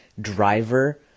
driver